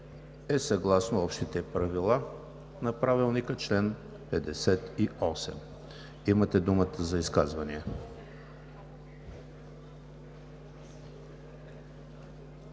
е съгласно общите правила на Правилника – чл. 58. Имате думата за изказвания.